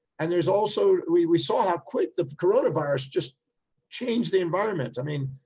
and there's also, we we saw how quick the coronavirus just changed the environment, i mean,